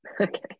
Okay